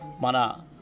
Mana